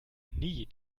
nie